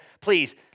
Please